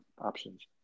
options